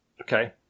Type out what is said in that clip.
Okay